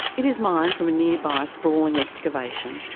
it is mined from a nearby sprawling excavation,